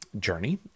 journey